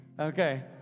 Okay